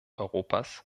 europas